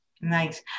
Nice